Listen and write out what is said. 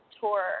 tour